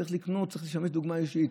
צריך לקנות, צריך לשמש דוגמה אישית.